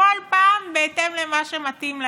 כל פעם בהתאם למה שמתאים להם,